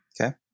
Okay